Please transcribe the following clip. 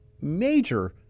major